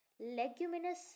leguminous